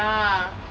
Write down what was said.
ya